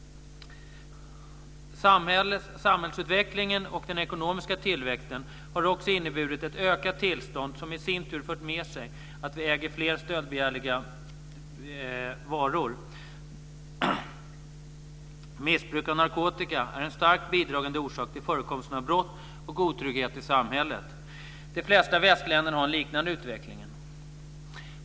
Samhällsutvecklingen och den ekonomiska tillväxten har också inneburit ett ökat välstånd, som i sin tur fört med sig att vi äger fler stöldbegärliga varor. Missbruk av narkotika är en starkt bidragande orsak till förekomsten av brott och otrygghet i samhället. De flesta västländer har en liknande utveckling.